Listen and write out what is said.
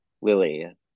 Lily